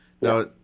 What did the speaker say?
Now